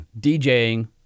DJing